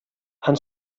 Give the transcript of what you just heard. han